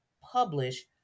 publish